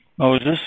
Moses